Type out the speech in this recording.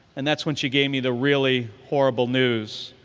and that's when she gave me the really horrible news,